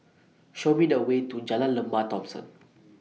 Show Me The Way to Jalan Lembah Thomson